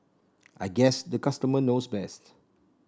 I guess the customer knows best